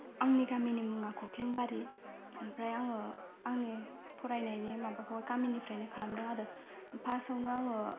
आंनि गामिनि मुंआ खख्लेंबारि ओमफ्राय आङो आंनि फरायनायनि माबाखौ गामिनिफ्रायनो खालामदों आरो फास्तावनो आङो